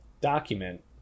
document